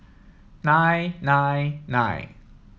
nine nine nine